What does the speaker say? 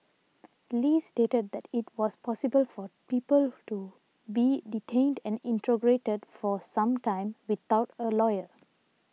Li stated that it was possible for people to be detained and interrogated for some time without a lawyer